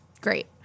great